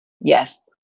Yes